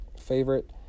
favorite